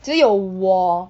只有我